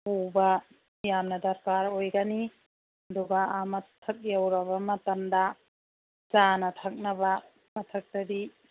ꯄꯨꯕ ꯌꯥꯝꯅ ꯗꯔꯀꯥꯔ ꯑꯣꯏꯒꯅꯤ ꯑꯗꯨꯒ ꯑꯥ ꯃꯊꯛ ꯌꯧꯔꯕ ꯃꯇꯝꯗ ꯆꯥꯅ ꯊꯛꯅꯕ ꯃꯊꯛꯇꯗꯤ